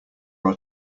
are